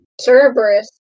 Cerberus